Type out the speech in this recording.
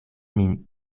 min